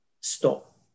stop